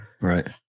Right